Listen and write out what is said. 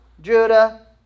Judah